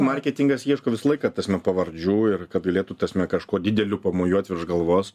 marketingas ieško visą laiką tasme pavardžių ir kad galėtų tasme kažkuo dideliu pamojuot virš galvos